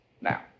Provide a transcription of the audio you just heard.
now